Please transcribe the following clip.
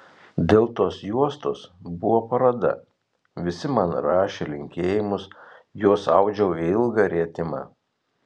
dėl tos juostos buvo paroda visi man rašė linkėjimus juos audžiau į ilgą rietimą